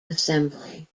assembly